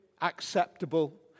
acceptable